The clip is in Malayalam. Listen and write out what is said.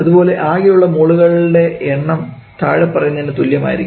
അതുപോലെ ആകെ ഉള്ള മോളുകളുടെ എണ്ണം താഴെ പറയുന്നതിനു തത്തുല്യമായിരിക്കും